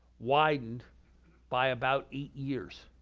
widened by about eight years.